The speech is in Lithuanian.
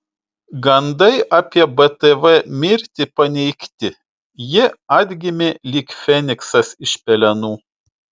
gandai apie btv mirtį paneigti ji atgimė lyg feniksas iš pelenų